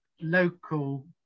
local